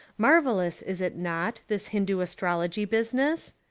marvellous, is it not, this hin doo astrology business?